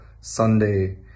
Sunday